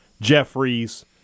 Jeffries